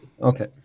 Okay